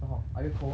so how are you cold